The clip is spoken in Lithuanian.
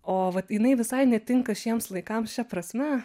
o vat jinai visai netinka šiems laikams šia prasme